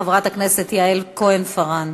חברת הכנסת יעל כהן-פארן.